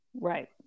Right